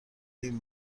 این